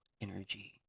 energy